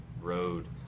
road